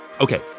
okay